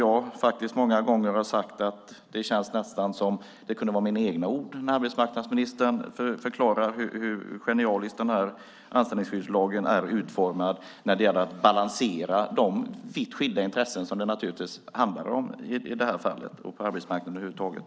Jag har många gånger sagt att det känns som att det nästan kunde ha varit mina egna ord när arbetsmarknadsministern förklarat hur genialiskt anställningsskyddslagen är utformad när det gäller att balansera de vitt skilda intressen som det naturligtvis handlar om i det här fallet och på arbetsmarknaden över huvud taget.